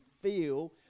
feel